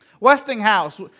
Westinghouse